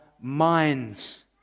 minds